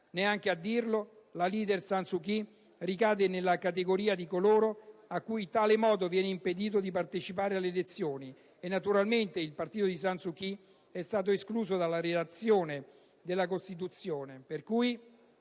Neanche a dirlo, la leader San Suu Kyi ricade nella categoria di coloro a cui, in tale modo, viene impedito di partecipare alle elezioni. Naturalmente, il partito di San Suu Kyi è stato escluso dalla redazione della Costituzione.